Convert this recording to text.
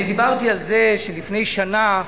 אני דיברתי על זה שלפני שנה,